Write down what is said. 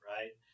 Right